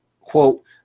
quote